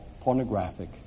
pornographic